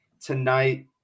tonight